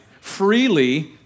freely